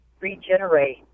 regenerate